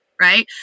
Right